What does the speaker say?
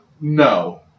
no